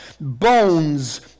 bones